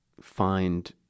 find